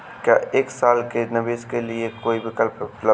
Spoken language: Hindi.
क्या एक साल के निवेश के लिए कोई विकल्प उपलब्ध है?